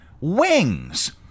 wings